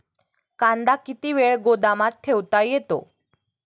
कांदा किती वेळ गोदामात ठेवता येतो?